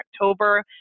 October